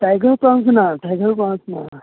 tiger prawns ना tiger prawns ना